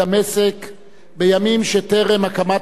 בימים שטרם הקמת מדינת ישראל,